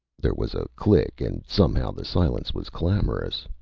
there was a click, and somehow the silence was clamorous.